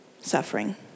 suffering